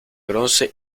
bronce